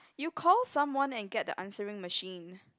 you call someone and get the answering machine